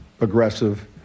aggressive